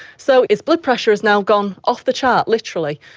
so his blood pressure has now gone off the chart literally,